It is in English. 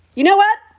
you know what?